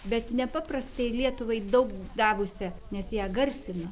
bet nepaprastai lietuvai daug davusią nes ją garsina